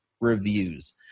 reviews